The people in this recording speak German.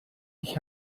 ich